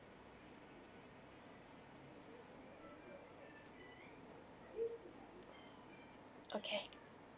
okay